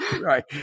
Right